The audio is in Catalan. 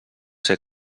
ser